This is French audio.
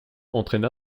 entraîna